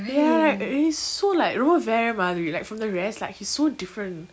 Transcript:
ya he's so like ரொம்ப வேர மாரி:romba vera mari like from the rest like he's so different